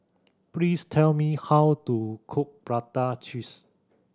please tell me how to cook prata cheese